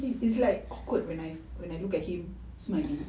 it's like awkward when I when I look at him smiling